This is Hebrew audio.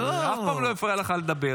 זה אף פעם לא הפריע לך לדבר